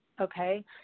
Okay